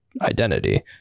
identity